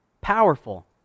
Powerful